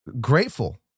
Grateful